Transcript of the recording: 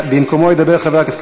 במקומו ידבר חבר הכנסת,